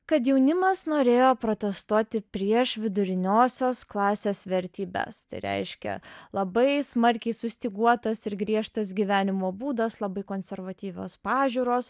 kad jaunimas norėjo protestuoti prieš viduriniosios klasės vertybes tai reiškia labai smarkiai sustyguotas ir griežtas gyvenimo būdas labai konservatyvios pažiūros